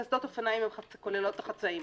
קסדות אופניים כוללות את החצאים.